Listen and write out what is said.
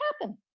happen